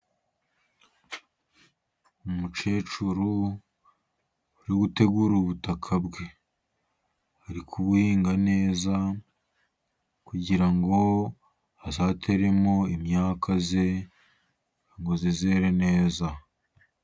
Umukecuru uri gutegura ubutaka bwe, ari kubuhinga neza kugira ngo azateremo imyaka ye ngo izere neza.